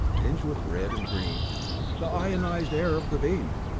tinged with red and green the ionized air of the beam.